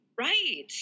Right